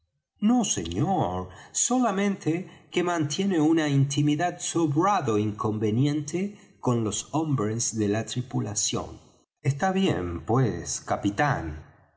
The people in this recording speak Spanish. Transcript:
no señor solamente que mantiene una intimidad sobrado inconveniente con los hombres de la tripulación está bien pues capitán